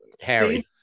Harry